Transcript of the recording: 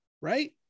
right